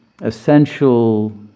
essential